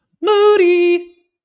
Moody